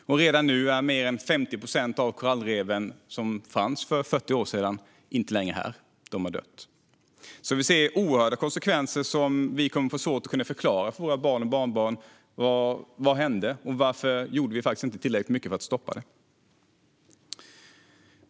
Redan nu har mer än 50 procent av de korallrev som fanns för 40 år sedan dött. Vi ser alltså oerhörda konsekvenser. Vi kommer att få svårt att förklara för våra barn och barnbarn vad som hände och varför vi inte gjorde tillräckligt mycket för att stoppa detta.